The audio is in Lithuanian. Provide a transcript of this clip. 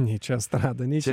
nei čia estrada nei čia